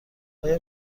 آیا